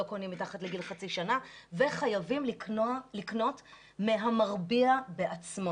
לא קונים מתחת לגיל חצי שנה וחייבים לקנות מהמרביע בעצמו.